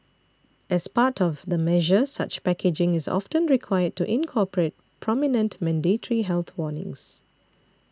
as part of the measure such packaging is often required to incorporate prominent mandatory health warnings